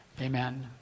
Amen